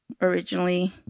originally